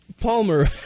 Palmer